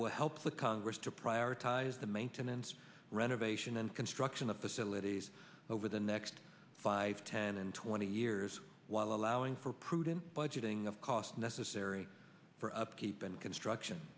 will help the congress to prioritize the maintenance renovation and construction the facilities over the next five ten and twenty years while allowing for prudent budgeting of costs necessary for upkeep and construction